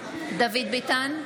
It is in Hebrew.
דוד ביטן,